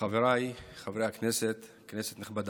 חבריי חברי הכנסת, כנסת נכבדה,